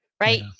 right